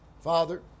Father